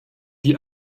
die